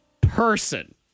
person